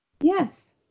Yes